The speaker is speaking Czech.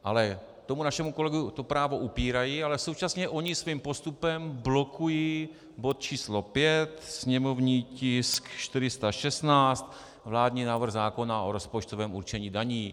Ale tomu našemu kolegovi to právo upírají, ale současně oni svým postupem blokují bod číslo 5, sněmovní tisk 416, vládní návrh zákona o rozpočtovém určení daní.